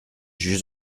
juge